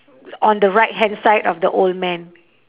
on the right hand side of the old man